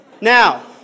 Now